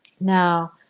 now